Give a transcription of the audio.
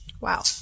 Wow